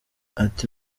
ati